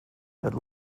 but